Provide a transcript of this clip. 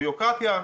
בירוקרטיה.